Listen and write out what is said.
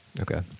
Okay